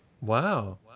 wow